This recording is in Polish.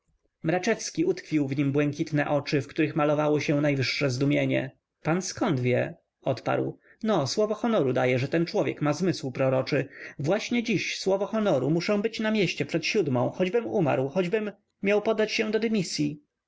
utkwił w nim błękitne oczy w których malowało się najwyższe zdumienie pan zkąd wie odparł no słowo honoru daję że ten człowiek ma zmysł proroczy właśnie dziś słowo honoru muszę być na mieście przed siódmą choćbym umarł choćbym miał podać się do dymisyi